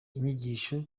inyigisho